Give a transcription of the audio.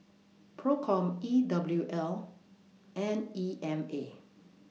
PROCOM E W L and E M A